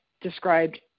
described